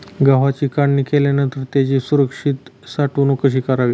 गव्हाची काढणी केल्यानंतर त्याची सुरक्षित साठवणूक कशी करावी?